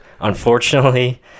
unfortunately